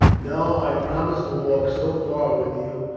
no i promised to walk so far with you,